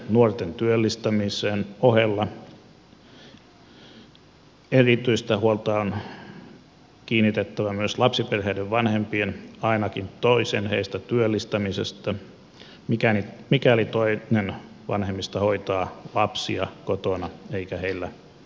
nuorten työllistämisen ohella erityistä huolta on kannettava myös lapsiperheiden vanhempien ainakin toisen heistä työllistämisestä mikäli toinen vanhemmista hoitaa lapsia kotona eikä heillä ole työtä